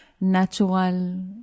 natural